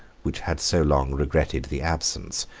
which had so long regretted the absence,